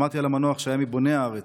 שמעתי על המנוח, שהיה מבוני הארץ,